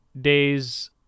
days